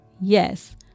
Yes